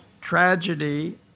tragedy